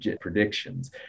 predictions